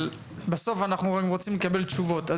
אבל בסוף אנחנו רוצים לקבל תשובות.